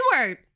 word